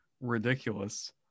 ridiculous